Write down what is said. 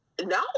No